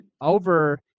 over